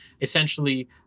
essentially